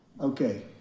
Okay